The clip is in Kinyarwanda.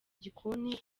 gikoni